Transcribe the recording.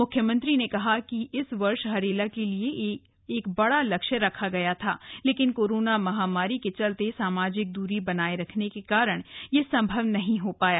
म्ख्यमंत्री ने कहा कि इस वर्ष हरेला के लिए बड़ा लक्ष्य रखा गया था लेकिन कोरोना महामारी के कारणए सामाजिक दूरी बनाए रखने के कारण यह सम्भव नहीं हो पाया